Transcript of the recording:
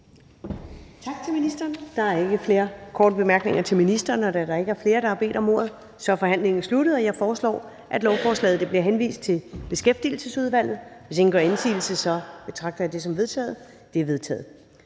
Tak til ministeren. Der er ikke flere korte bemærkninger. Da der ikke er flere, der har bedt om ordet, er forhandlingen sluttet. Jeg foreslår, at lovforslaget bliver henvist til Beskæftigelsesudvalget. Hvis ingen gør indsigelse, betragter jeg det som vedtaget. Det er vedtaget.